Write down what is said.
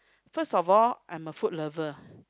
first of all I'm a food lover